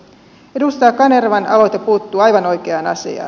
edustaja kanervan aloite puuttuu aivan oikeaan asiaan